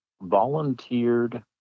volunteered